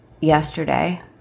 yesterday